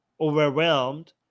overwhelmed